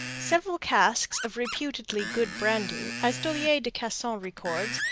several casks of reputedly good brandy, as dollier de casson records,